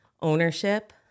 ownership